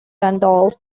randolph